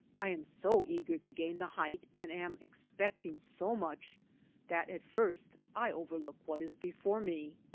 i am so eager to gain the height and am expecting so much that at first i overlook what is before me.